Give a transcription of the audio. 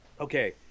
okay